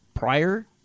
Prior